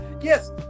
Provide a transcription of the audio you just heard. Yes